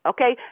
Okay